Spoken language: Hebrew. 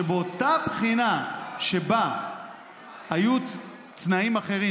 שבאותה בחינה שבה היו תנאים אחרים,